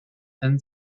and